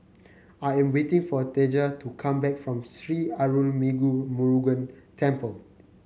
I am waiting for Deja to come back from Sri Arulmigu Murugan Temple